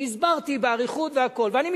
מי שרוצה.